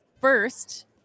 first